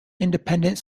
independent